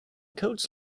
coats